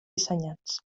dissenyats